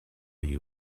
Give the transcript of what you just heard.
you